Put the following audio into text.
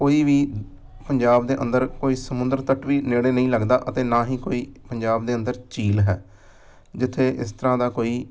ਕੋਈ ਵੀ ਪੰਜਾਬ ਦੇ ਅੰਦਰ ਕੋਈ ਸਮੁੰਦਰ ਤੱਟ ਵੀ ਨੇੜੇ ਨਹੀਂ ਲੱਗਦਾ ਅਤੇ ਨਾ ਹੀ ਕੋਈ ਪੰਜਾਬ ਦੇ ਅੰਦਰ ਝੀਲ ਹੈ ਜਿੱਥੇ ਇਸ ਤਰ੍ਹਾਂ ਦਾ ਕੋਈ